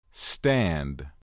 Stand